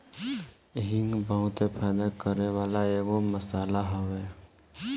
हिंग बहुते फायदा करेवाला एगो मसाला हवे